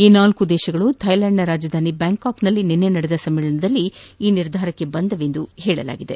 ಈ ನಾಲ್ಕೂ ದೇಶಗಳು ಥೈಲೆಂಡ್ನ ರಾಜಧಾನಿ ಬ್ಯಾಂಕಾಕ್ನಲ್ಲಿ ನಿನ್ನೆ ನಡೆದ ಸಮ್ಮೇಳನದಲ್ಲಿ ಈ ನಿರ್ಧಾರಕ್ಕೆ ಬಂದವೆಂದು ತಿಳಿಸಲಾಗಿದೆ